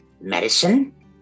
medicine